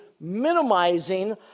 minimizing